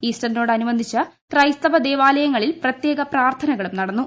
ഈസ്റ്ററിനോട് അനുബന്ധിച്ച് ക്രൈസ്തവ ദേവാലയങ്ങളിൽ പ്രത്യേക പ്രാർത്ഥനകളും നടന്നു